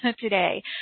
today